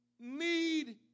need